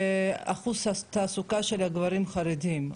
ירידה באחוז התעסוקה של גברים חרדים,